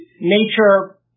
nature